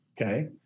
okay